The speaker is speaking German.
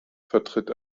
vertritt